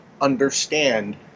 understand